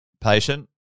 Patient